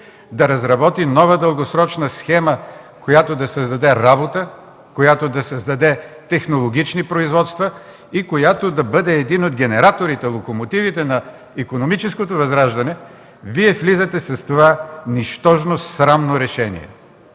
да разработи нова дългосрочна схема, която да създаде работа, която да създаде технологични производства и която да бъде един от генераторите, локомотивите на икономическото възраждане, Вие влизате с това нищожно срамно решение!